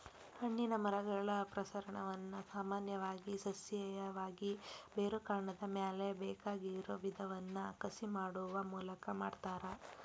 ಹಣ್ಣಿನ ಮರಗಳ ಪ್ರಸರಣವನ್ನ ಸಾಮಾನ್ಯವಾಗಿ ಸಸ್ಯೇಯವಾಗಿ, ಬೇರುಕಾಂಡದ ಮ್ಯಾಲೆ ಬೇಕಾಗಿರೋ ವಿಧವನ್ನ ಕಸಿ ಮಾಡುವ ಮೂಲಕ ಮಾಡ್ತಾರ